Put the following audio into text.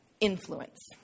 Influence